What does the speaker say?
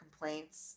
complaints